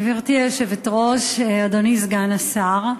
גברתי היושבת-ראש, אדוני סגן השר,